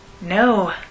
no